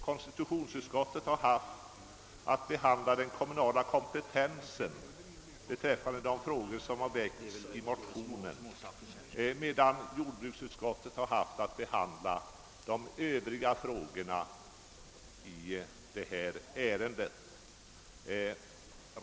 Konstitutionsutskottet har haft att behandla den kommunala kompetensen beträffande de frågor som väckts i motionerna, medan jordbruksutskottet har haft att behandla övriga frågor i detta ärende.